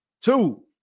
two